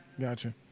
Gotcha